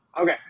Okay